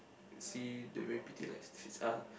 see the very pretty light streets uh